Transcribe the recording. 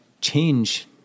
change